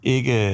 Ikke